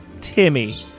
Timmy